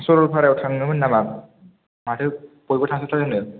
सरलपारायाव थांनोमोन नामा माथो बयबो थांसावथारदोंनो